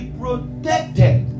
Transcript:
protected